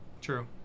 true